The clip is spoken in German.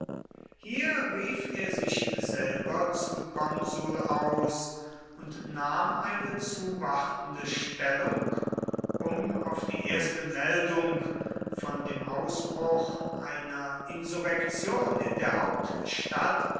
hier rief er sich selber zum konsul aus und nahm eine zuwartende stellung um auf die erste meldung von dem ausbruch einer insurrektion in der hauptstadt